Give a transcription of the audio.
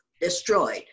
destroyed